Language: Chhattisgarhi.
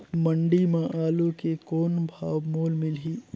मंडी म आलू के कौन भाव मोल मिलही?